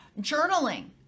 journaling